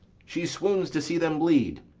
she swoons to see them bleed.